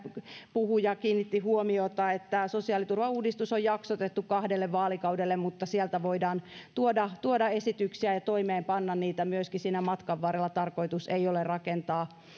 puhuja kiinnitti huomiota että sosiaaliturvan uudistus on jaksotettu kahdelle vaalikaudelle mutta sieltä voidaan tuoda tuoda esityksiä ja toimeenpanna niitä myöskin siinä matkan varrella tarkoitus ei ole rakentaa